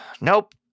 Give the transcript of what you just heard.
Nope